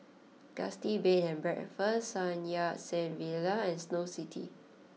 Gusti Bed and Breakfast Sun Yat Sen Villa and Snow City